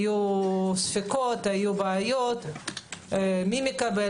היו ספקות והיו בעיות מי מקבל,